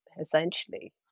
essentially